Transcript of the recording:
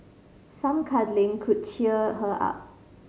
some cuddling could cheer her up